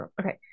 okay